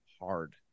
hard